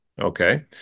okay